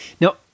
Now